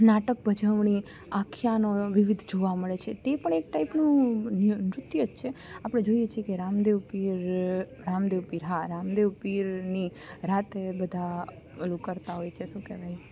નાટક ભજવણી આખ્યાનો વિવિધ જોવા મળે છે તે પણ એક ટાઈપનું ન્યુ નૃત્ય જ છે આપણે જોઈએ છે કે રામદેવ પીર રામદેવ પીર હા રામદેવ પીરની રાતે બધાં ઓલું કરતા હોય શું કહેવાય